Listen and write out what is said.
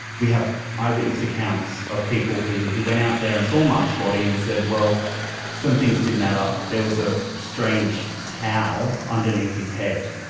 we have eye-witness accounts of people who who went out there and saw mark's mark's body and said well some things didn't add up. there was a strange towel underneath his head.